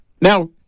Now